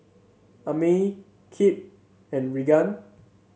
Amey Kip and Reagan